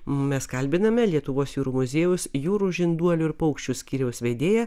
mes kalbiname lietuvos jūrų muziejaus jūrų žinduolių ir paukščių skyriaus vedėją